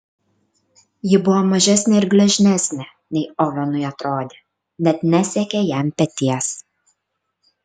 ji buvo mažesnė ir gležnesnė nei ovenui atrodė net nesiekė jam peties